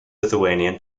lithuanian